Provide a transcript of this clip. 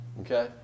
Okay